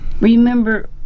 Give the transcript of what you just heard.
remember